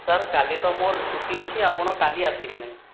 sir କାଲି ତ ମୋର ଛୁଟି ଅଛି ଆପଣ କାଲି ଆସିବେ ନାହିଁ